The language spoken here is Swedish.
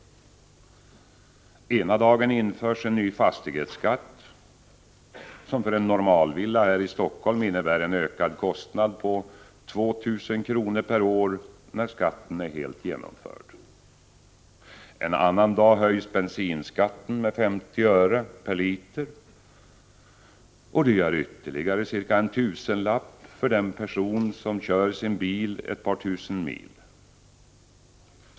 Ena dagen införs en ny fastighetsskatt, som för en normalvilla här i Stockholm innebär en ökad kostnad på 2 000 kr. per år, när skatten är helt genomförd. En annan dag höjs bensinskatten med 50 öre per liter. Det gör ytterligare cirka en tusenlapp för en person, som kör sin bil ett par tusen mil.